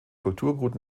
kulturgut